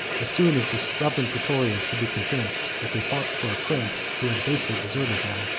as soon as the stubborn praetorians could be convinced that they fought for a prince who had basely deserted them,